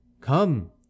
come